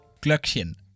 Glöckchen